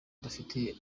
dufite